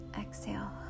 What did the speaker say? exhale